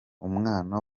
umwana